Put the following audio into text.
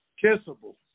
kissable